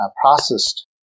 processed